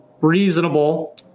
reasonable